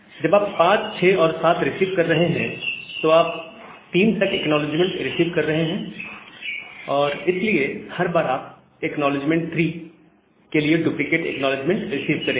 जब आप 56 और 7 रिसीव कर रहे हैं तो आप 3 तक एक्नॉलेजमेंट रिसीव कर रहे हैं और इसलिए हर बार आप ACK 3 के लिए डुप्लीकेट ACK रिसीव करेंगे